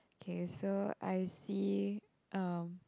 okay so I see um